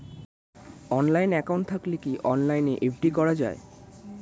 Online account থাকলে কি অনলাইনে এফ.ডি করা যায়?